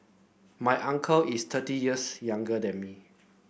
my uncle is thirty years younger than me